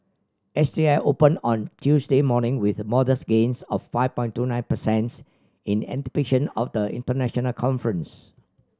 S T I opened on Tuesday morning with modest gains of five point two nine percents in anticipation of the international conference